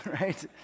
right